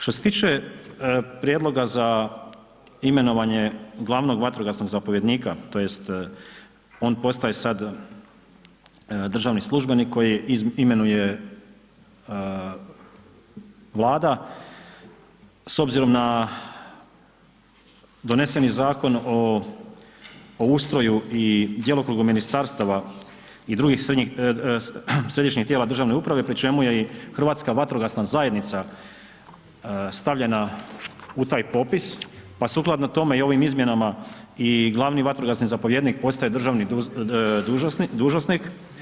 Što se tiče prijedloga za imenovanje glavnog vatrogasnog zapovjednika tj. on postaje sad državni službenik koji imenuje Vlada, s obzirom na doneseni Zakon o ustroju i djelokrugu ministarstava i drugih središnjih tijela državne uprave, pri čemu je i Hrvatska vatrogasna zajednica stavljena u taj popis, pa sukladno tome i ovim izmjenama i glavni vatrogasni zapovjednik postaje državni dužnosnik.